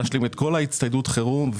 צריך לזכור שיש על הפרק גם תקציב המשכי בשנה הבאה,